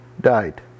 died